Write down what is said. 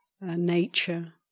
nature